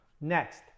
Next